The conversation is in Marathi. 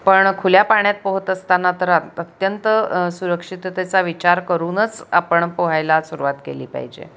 पण खुल्या पाण्यात पोहत असताना तर अत्यंत सुरक्षिततेचा विचार करूनच आपण पोहायला सुरुवात केली पाहिजे